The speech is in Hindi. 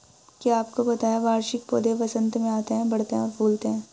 क्या आपको पता है वार्षिक पौधे वसंत में आते हैं, बढ़ते हैं, फूलते हैं?